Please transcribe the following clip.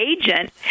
agent